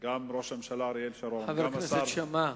גם ראש הממשלה אריאל שרון, חבר הכנסת שאמה,